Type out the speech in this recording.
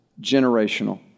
generational